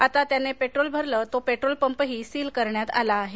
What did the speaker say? आता त्याने पेट्रोल भरले तो पेट्रोल पंपही सील करण्यात आला आहे